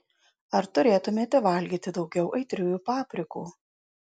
ar turėtumėte valgyti daugiau aitriųjų paprikų